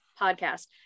podcast